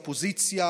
אופוזיציה,